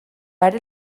are